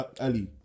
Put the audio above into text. early